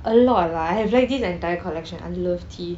a lot lah I have like this entire collection I love tea